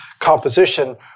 composition